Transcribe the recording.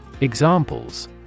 Examples